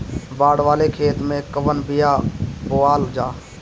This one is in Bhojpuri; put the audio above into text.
बाड़ वाले खेते मे कवन बिया बोआल जा?